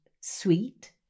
sweet